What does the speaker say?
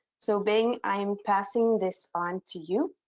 so bing, i am passing this on to you.